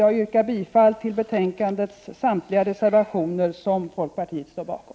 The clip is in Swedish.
Jag yrkar bifall till samtliga reservationer i betänkandet som folkpartiet står bakom.